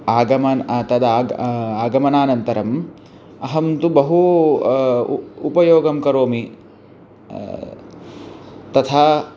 आगमनं तद् आग् आगमनानन्तरम् अहं तु बहु उ उपयोगं करोमि तथा